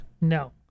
No